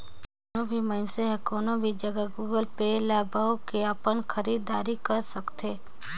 कोनो भी मइनसे हर कोनो भी जघा गुगल पे ल बउ के अपन खरीद दारी कर सकथे